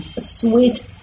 sweet